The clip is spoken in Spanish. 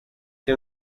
que